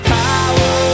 power